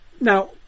Now